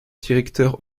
directeur